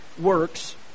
works